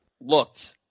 looked